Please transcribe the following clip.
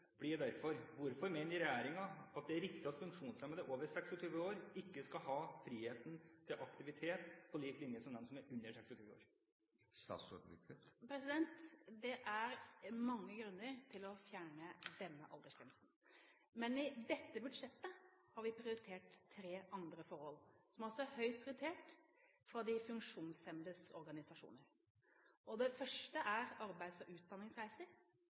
blir derfor: Hvorfor mener regjeringen det er riktig at funksjonshemmede over 26 år ikke skal ha frihet til aktivitet på lik linje med dem som er under 26 år? Det er mange grunner til å fjerne denne aldersgrensen, men i dette budsjettet har vi prioritert tre andre forhold – som altså er høyt prioritert fra de funksjonshemmedes organisasjoner. Det første er arbeids- og utdanningsreiser.